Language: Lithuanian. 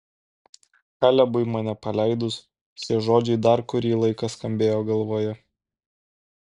kalebui mane paleidus šie žodžiai dar kurį laiką skambėjo galvoje